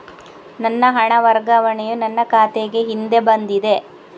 ನನ್ನ ಹಣ ವರ್ಗಾವಣೆಯು ನನ್ನ ಖಾತೆಗೆ ಹಿಂದೆ ಬಂದಿದೆ